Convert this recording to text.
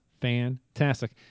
fantastic